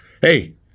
hey